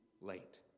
late